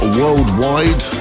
worldwide